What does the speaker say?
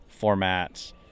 formats